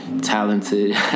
talented